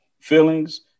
feelings